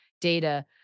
data